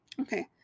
Okay